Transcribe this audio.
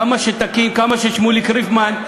כמה ששמוליק ריפמן,